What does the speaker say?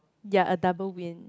ya a double win